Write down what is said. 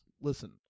listen